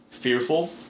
Fearful